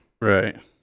Right